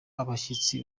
abashyitsi